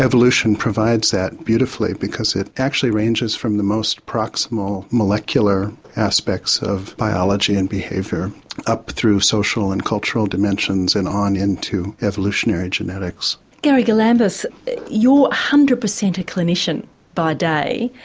evolution provides that beautifully, because it actually ranges from the most proximal molecular aspects of biology and behaviour up through social and cultural dimensions and on into evolutionary genetics. gary galambos you're one hundred percent a clinician by day,